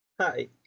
Hi